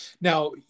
now